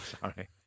sorry